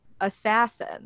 assassin